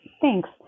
Thanks